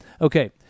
Okay